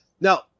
now